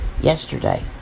Yesterday